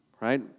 right